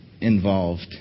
involved